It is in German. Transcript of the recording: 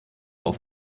auf